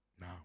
Now